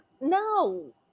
No